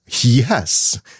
Yes